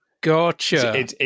Gotcha